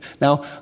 Now